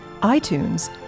iTunes